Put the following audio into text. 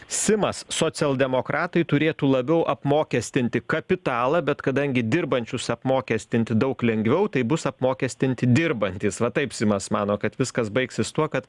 simas socialdemokratai turėtų labiau apmokestinti kapitalą bet kadangi dirbančius apmokestinti daug lengviau tai bus apmokestinti dirbantys taip simas mano kad viskas baigsis tuo kad